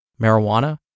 marijuana